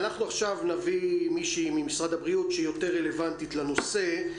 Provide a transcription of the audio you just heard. נביא מישהי ממשרד הבריאות שיותר רלוונטית לנושא,